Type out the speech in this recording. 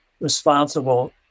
responsible